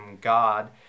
god